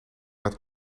het